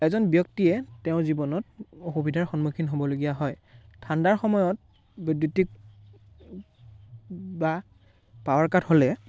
এজন ব্যক্তিয়ে তেওঁৰ জীৱনত অসুবিধাৰ সন্মুখীন হ'বলগীয়া হয় ঠাণ্ডাৰ সময়ত বৈদ্যুতিক বা পাৱাৰ কাট হ'লে